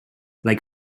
like